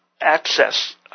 access